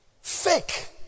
Fake